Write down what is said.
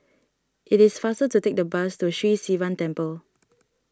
it is faster to take the bus to Sri Sivan Temple